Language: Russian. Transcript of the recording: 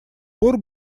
пор